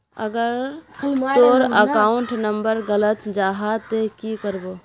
अगर तोर account number गलत जाहा ते की करबो?